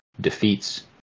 defeats